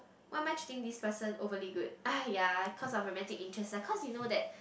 why am I treating this person overly good !aiya! cause I'm romantic interest cause you know that